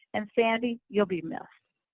and, sandy, you'll be missed.